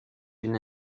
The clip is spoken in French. une